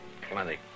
Plenty